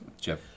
Jeff